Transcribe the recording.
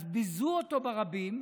אז ביזו אותו ברבים.